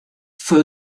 fue